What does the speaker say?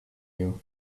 you